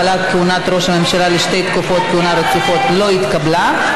הגבלת כהונת ראש הממשלה לשתי תקופות כהונה רצופות) לא נתקבלה.